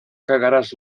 cagaràs